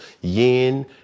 yen